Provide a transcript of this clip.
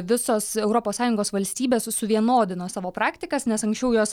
visos europos sąjungos valstybės suvienodino savo praktikas nes anksčiau jos